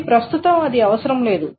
కానీ ప్రస్తుతం అది అవసరం లేదు